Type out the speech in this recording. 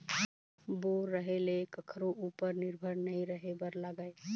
bore रहें ले कखरो उपर निरभर नइ रहे बर लागय